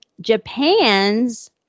Japan's